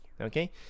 Okay